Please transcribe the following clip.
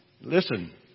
Listen